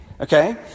okay